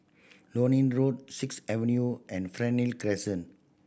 Lornie Road Sixth Avenue and Fernhill Crescent